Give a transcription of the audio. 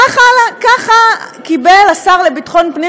ככה קיבל השר לביטחון פנים,